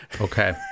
Okay